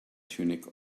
tunic